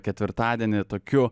ketvirtadienį tokiu